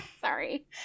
sorry